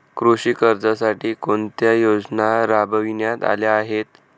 कृषी कर्जासाठी कोणत्या योजना राबविण्यात आल्या आहेत?